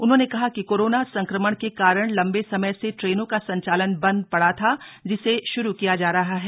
उन्होंने कहा कि कोरोना संक्रमण के कारण लम्बे समय से ट्रेनों का संचालन बन्द पड़ा था जिसे श्रू किया जा रहा है